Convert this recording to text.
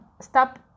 stop